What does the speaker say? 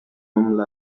homme